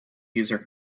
user